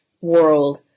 world